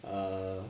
err